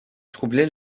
troubler